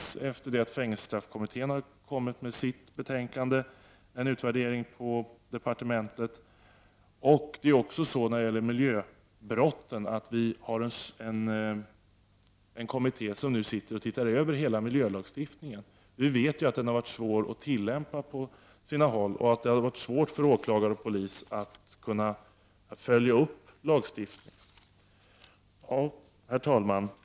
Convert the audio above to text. Sedan fängelsestraffkommittén lade fram sitt betänkande pågår en utvärdering på departementet. Och beträffande miljöbrotten finns det en kommitté som håller på att se över hela miljölagstiftningen. Vi vet att den har varit svår att tillämpa på en del håll och att det har varit svårt för åklagare och polis att följa upp lagstiftningen. Herr talman!